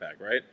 right